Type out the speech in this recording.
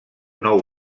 nou